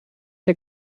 der